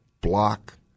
block